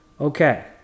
Okay